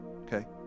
Okay